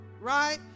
right